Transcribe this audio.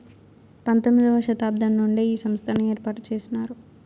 పంతొమ్మిది వ శతాబ్దం నుండే ఈ సంస్థను ఏర్పాటు చేసినారు